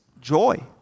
joy